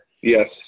yes